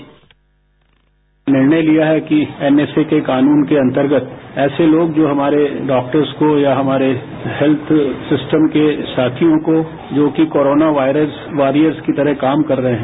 bite निर्णय लिया है कि एनएसए के कानून के अंतर्गत ऐसे लोग जो हमारे डॉक्टर्स को या हमारे हेल्थ सिस्टम के साथियों को जो कि कोरोना वायरस वॉरियर्स की तरह काम कर रहे हैं